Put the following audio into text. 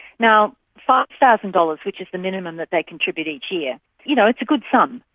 now, five thousand dollars, which is the minimum that they contribute each year you know, it's a good sum,